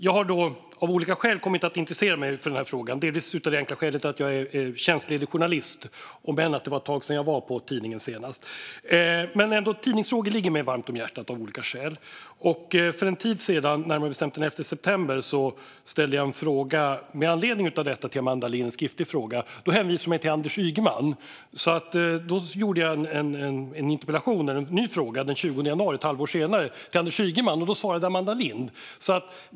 Jag har av olika skäl kommit att intressera mig för denna fråga, delvis av det enkla skälet att jag är tjänstledig journalist, även om det var ett tag sedan jag var på tidningen senast. Men ändå, tidningsfrågor ligger mig varmt om hjärtat av olika skäl. För en tid sedan, närmare bestämt den 11 september, ställde jag en skriftlig fråga till Amanda Lind med anledning av detta, men hänvisades till Anders Ygeman. Då ställde jag en ny fråga, en interpellation, till Anders Ygeman ett halvår senare, men då svarade Amanda Lind.